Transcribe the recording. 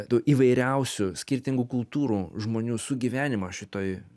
du įvairiausių skirtingų kultūrų žmonių sugyvenimą šitoj